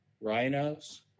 rhinos